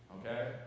Okay